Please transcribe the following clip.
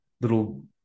little